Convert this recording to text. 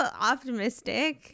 optimistic